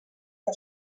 per